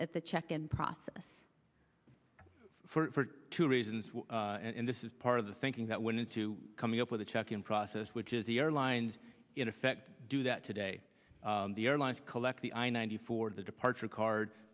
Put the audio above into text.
at the check in process for two reasons and this is part of the thinking that went into coming up with a check in process which is the airlines in effect do that today the airlines collect the i ninety four the departure card